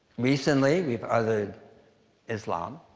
recently, we've othered islam.